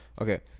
Okay